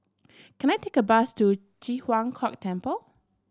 can I take a bus to Ji Huang Kok Temple